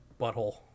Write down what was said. butthole